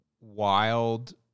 wild